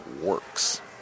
works